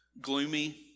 gloomy